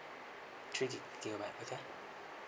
three gig gigabyte okay